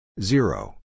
zero